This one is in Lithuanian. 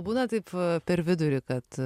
būna taip per vidurį kad